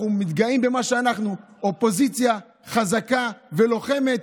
אנחנו מתגאים במה שאנחנו: אופוזיציה חזקה ולוחמת.